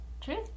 true